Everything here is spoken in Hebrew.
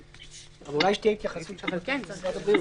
אבל אולי שתהיה התייחסות של משרד הבריאות.